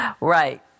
Right